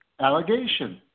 allegation